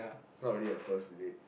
is not really a first date